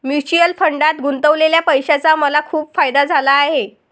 mutual फंडात गुंतवलेल्या पैशाचा मला खूप फायदा झाला आहे